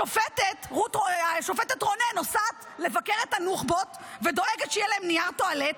השופטת רונן נוסעת לבקר את הנוח'בות ודואגת שהיה להם נייר טואלט,